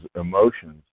emotions